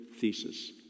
thesis